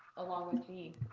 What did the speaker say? along with the,